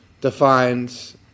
defines